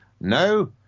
No